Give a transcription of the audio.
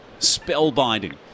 spellbinding